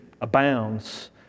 abounds